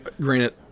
granted